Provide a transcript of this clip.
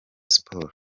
sports